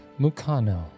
Mukano